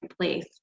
place